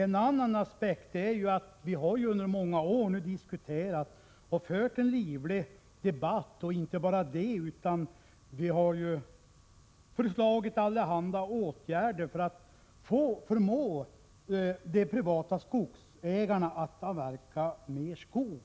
Vi har under många år inte bara fört en livlig debatt utan även föreslagit allehanda åtgärder för att förmå de privata skogsägarna att avverka mera skog.